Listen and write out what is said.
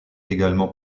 également